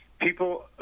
people